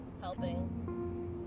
Helping